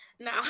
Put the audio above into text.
No